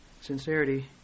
sincerity